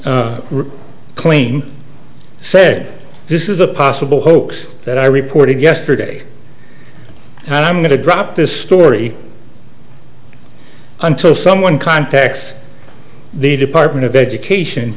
discus claim said this is a possible hoax that i reported yesterday and i'm going to drop this story until someone contacts the department of education